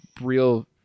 real